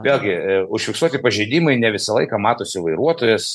vėlgi užfiksuoti pažeidimai ne visą laiką matosi vairuotojas